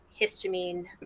histamine